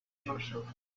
yourself